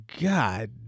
God